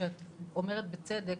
שאת אומרת בצדק